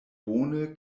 bone